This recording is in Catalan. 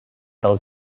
del